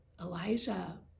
Elijah